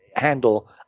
handle